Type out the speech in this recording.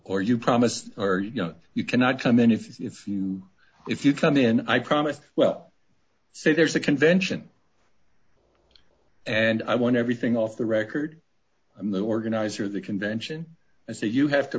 or you promised or you know you cannot come in if you if you come in i promise well say there's a convention and i want everything off the record and the organizer of the convention and say you have to